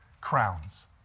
crowns